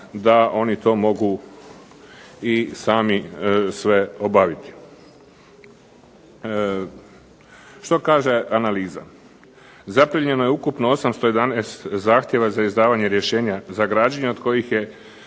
da oni to mogu i sami sve obaviti. Što kaže analiza? Zaplijenjeno je ukupno 811 zahtjeva za izdavanje rješenja za građenje od kojih je